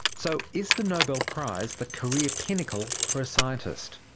so is the nobel prize the career pinnacle for a scientist?